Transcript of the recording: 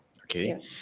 okay